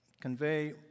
convey